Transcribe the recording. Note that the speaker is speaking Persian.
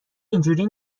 اینجوری